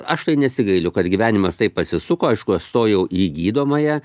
aš tai nesigailiu kad gyvenimas taip pasisuko aišku aš stojau į gydomąją